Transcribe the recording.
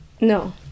No